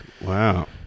Wow